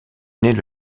naît